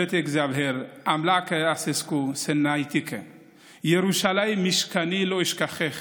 (אומר באמהרית ומתרגם:) "ירושלים משכני, לא אשכחך.